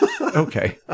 okay